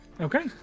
Okay